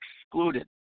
excluded